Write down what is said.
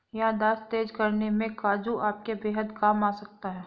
याददाश्त तेज करने में काजू आपके बेहद काम आ सकता है